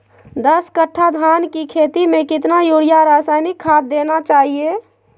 दस कट्टा धान की खेती में कितना यूरिया रासायनिक खाद देना चाहिए?